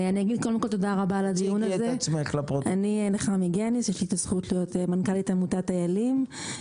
יש לי את הזכות להיות מנכ"לית עמותת איילים.